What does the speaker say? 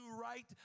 right